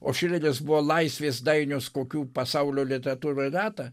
o šileris buvo laisvės dainius kokių pasaulio literatūroj reta